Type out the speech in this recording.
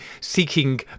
seeking